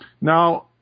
Now